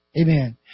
Amen